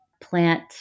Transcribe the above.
plant